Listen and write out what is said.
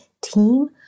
team